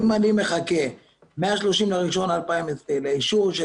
אם אני מחכה מה-30.1.2020 לאישור של